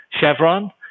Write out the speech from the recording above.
Chevron